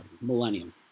millennium